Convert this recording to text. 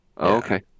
Okay